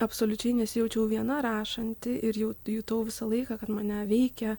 absoliučiai nesijaučiau viena rašanti ir jau jutau visą laiką kad mane veikia